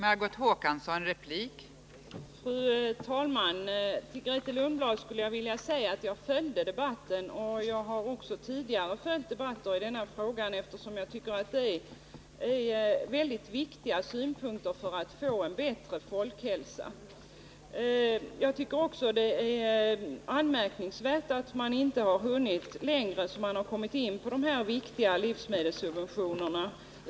Fru talman! Till Grethe Lundblad skulle jag vilja säga att jag följde debatten förra veckan. Jag har också följt tidigare debatter i denna fråga eftersom jag tycker att det är väldigt viktigt att få en bättre folkhälsa. Jag tycker också att det är anmärkningsvärt att beredningen inte har hunnit längre i sitt arbete. Man borde åtminstone ha kommit in på de frågor som gäller de viktiga livsmedelssubventionerna.